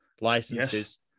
licenses